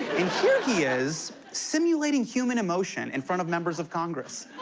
here he is simulating human emotion in front of members of congress.